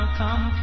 come